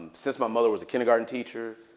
since my mother was a kindergarten teacher,